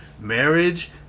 marriage